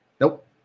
nope